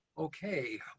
Okay